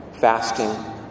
fasting